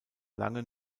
lange